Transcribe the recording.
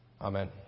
Amen